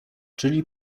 czyli